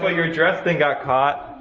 but your dress thing got caught.